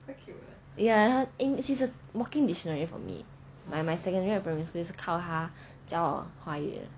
yeah she's a walking dictionary for me my my secondary and primary school 是靠她叫我华语的